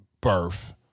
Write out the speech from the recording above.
birth